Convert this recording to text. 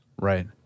Right